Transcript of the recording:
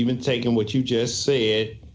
even taken what you just say it